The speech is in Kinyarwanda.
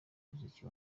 muziki